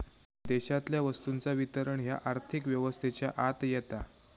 देशातल्या वस्तूंचा वितरण ह्या आर्थिक व्यवस्थेच्या आत येता